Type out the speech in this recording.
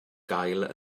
gael